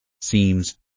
seems